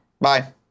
Bye